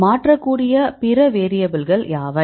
மாற்றக்கூடிய பிற வேரியபில்கள் யாவை